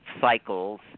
cycles